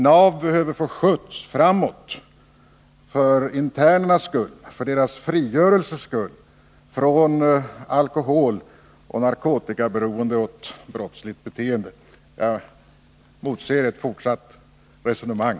NAV behöver få en skjuts framåt för internernas skull, för deras frigörelses skull — en frigörelse från alkoholoch narkotikaberoende och ett brottsligt beteende. Jag motser ett fortsatt resonemang.